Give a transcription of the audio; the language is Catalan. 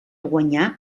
guanyar